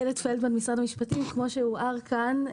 כמו שהובהר כאן,